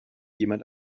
jemand